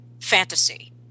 fantasy